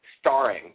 starring